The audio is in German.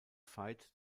veit